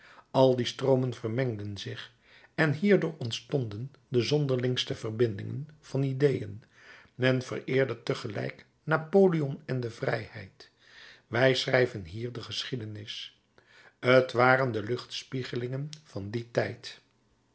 al die stroomen vermengden zich en hierdoor ontstonden de zonderlingste verbindingen van ideeën men vereerde tegelijk napoleon en de vrijheid wij schrijven hier de geschiedenis t waren de luchtspiegelingen van dien tijd